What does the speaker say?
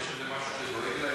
יש משהו שדואג להם,